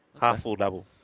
Half-full-double